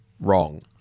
Wrong